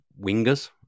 wingers